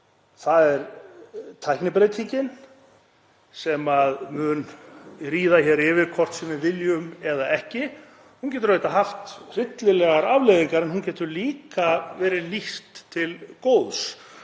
Annar er tæknibreytingin sem mun ríða yfir hvort sem við viljum eða ekki. Hún getur auðvitað haft hryllilegar afleiðingar en hún getur líka verið nýtt til góðs;